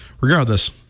regardless